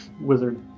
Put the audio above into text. wizard